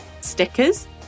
stickers